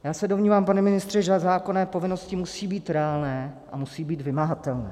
Já se domnívám, pane ministře, že zákonné povinnosti musí být reálné a musí být vymahatelné.